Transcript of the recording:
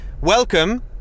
welcome